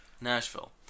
Nashville